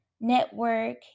network